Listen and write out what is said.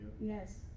Yes